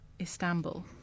Istanbul